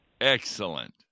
Excellent